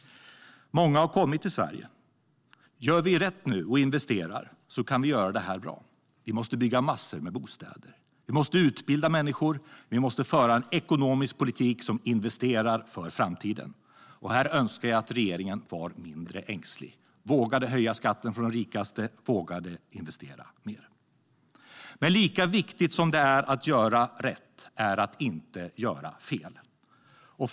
Många har kommit till Sverige. Gör vi rätt nu och investerar kan vi göra detta bra. Vi måste bygga massor med bostäder, vi måste utbilda människor och vi måste föra en ekonomisk politik som investerar för framtiden. Här önskar jag att regeringen var mindre ängslig och vågade höja skatten för de rikaste och vågade investera mer. Men lika viktigt som det är att göra rätt är det att inte göra fel.